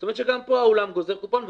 כלומר גם כאן האולם גוזר קופון.